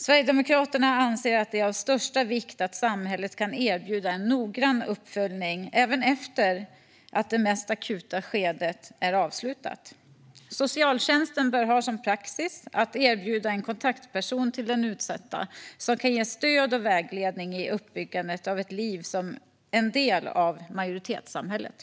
Sverigedemokraterna anser att det är av största vikt att samhället kan erbjuda en noggrann uppföljning även efter att det mest akuta skedet är avslutat. Socialtjänsten bör ha som praxis att erbjuda den utsatta en kontaktperson som kan ge stöd och vägledning i uppbyggandet av ett liv som en del av majoritetssamhället.